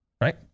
Right